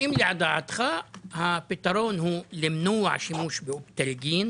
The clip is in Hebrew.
האם לדעתך הפתרון הוא למנוע שימוש באופטלגין